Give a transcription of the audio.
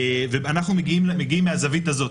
אנחנו מגיעים מהזווית הזאת.